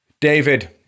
David